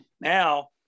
now